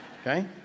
Okay